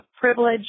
privilege